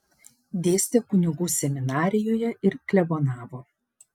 dėstė kunigų seminarijoje ir klebonavo